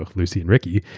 ah lucy and ricky.